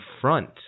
front